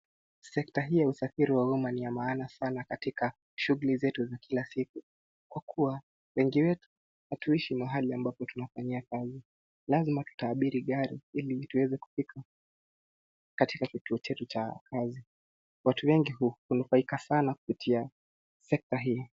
Sekta hii ya usafiri wa umma ni ya maana sana katika shuguli zetu za kila siku, kwa kuwa wengi wetu hatuishi mahali ambapo tunafanyia kazi, lazima tutaabiri gari ili tuweze kufika katika kituo chetu cha kazi. Watu wengi hunufaika sana kupitia sekta hii.